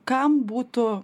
kam būtų